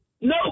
No